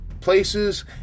places